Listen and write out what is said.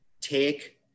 take